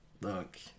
Look